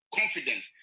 confidence